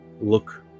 look